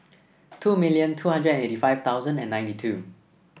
two million two hundred and eighty five thousand and ninety two